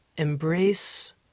embrace